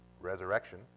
resurrection